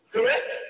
Correct